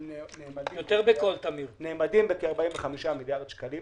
נאמדים בכ-45 מיליארד שקלים.